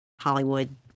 Hollywood